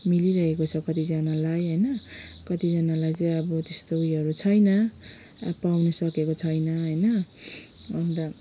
मिलिरहेको छ कतिजनालाई होइन कतिजनालाई चाहिँ अब त्यस्तो ऊ योहरू छैन पाउन सकेको छैन होइन अन्त